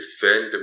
defend